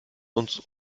uns